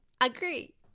Agree